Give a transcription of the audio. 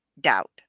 doubt